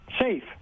safe